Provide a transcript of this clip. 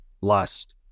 lust